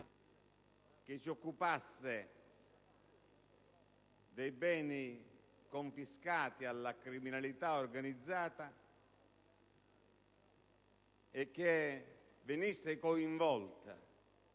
che si occupasse dei beni confiscati alla criminalità organizzata e che venisse coinvolta